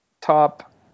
top